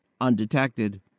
undetected